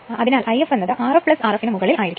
അതിനാൽ If Rf Rf ന് മുകളിൽ ആയിരിക്കും